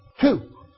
Two